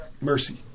Mercy